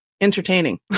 entertaining